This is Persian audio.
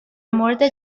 مورد